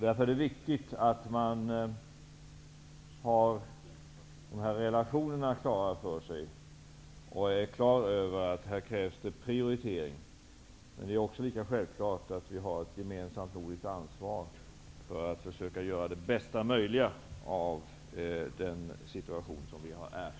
Därför är det viktigt att vi har dessa relationer klara för oss och är medvetna om att det krävs prioritering här. Det är också lika självklart att vi har ett gemensamt nordiskt ansvar för att försöka göra det bästa möjliga av den situation som vi har ärvt.